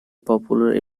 popular